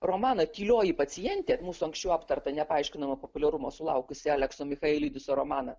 romaną tylioji pacientė mūsų anksčiau aptartą nepaaiškinamo populiarumo sulaukusį alekso michaelidiso romaną